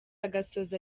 agasoza